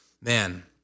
man